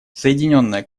соединенное